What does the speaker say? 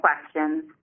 questions